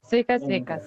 sveikas sveikas